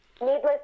Needless